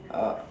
uh